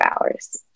hours